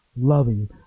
loving